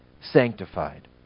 sanctified